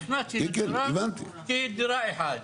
נכנסתי לדירה כדירה אחת,